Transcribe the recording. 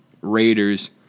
Raiders